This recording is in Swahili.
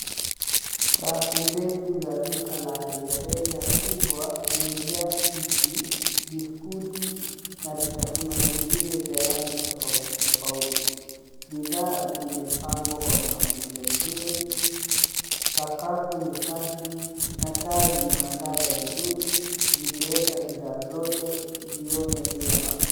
Rafu ndefu za duka la rejareja kubwa limejaa pipi, biskuti, na vitafunwa vingine vya rangi tofauti tofauti. Bidhaa zimepangwa kwa mpangilio mzuri, sakafu ni safi na taa zinaangaza vizuri vikiweka bidhaa zote zione vyema.